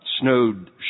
snowed